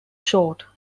short